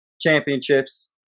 championships